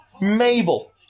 Mabel